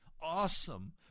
awesome